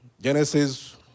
Genesis